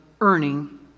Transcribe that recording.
earning